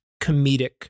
comedic